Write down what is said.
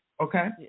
Okay